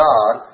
God